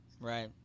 Right